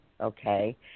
Okay